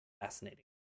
fascinating